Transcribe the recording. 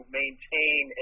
maintain